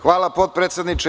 Hvala potpredsedniče.